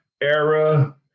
era